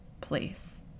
place